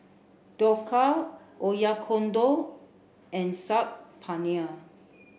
Dhokla Oyakodon and Saag Paneer